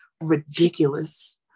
ridiculous